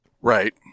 Right